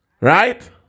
Right